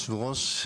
יושב הראש,